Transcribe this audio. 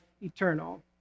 eternal